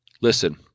listen